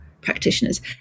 practitioners